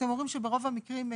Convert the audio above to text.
אתם אומרים שברוב המקרים,